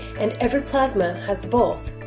and every plasma has the both,